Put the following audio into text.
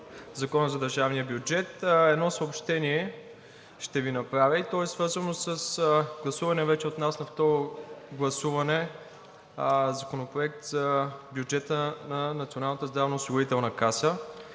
Закона за държавния бюджет, ще Ви направя едно съобщение и то е свързано с гласувания вече от нас на второ гласуване Законопроект за бюджета на Националната здравноосигурителна каса.